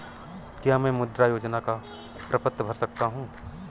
क्या मैं मुद्रा योजना का प्रपत्र भर सकता हूँ?